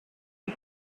and